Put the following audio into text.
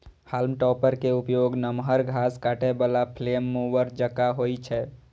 हाल्म topper के उपयोग नमहर घास काटै बला फ्लेम मूवर जकां होइ छै